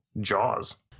Jaws